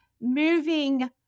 moving